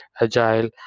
agile